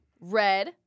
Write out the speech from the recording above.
red